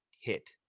hit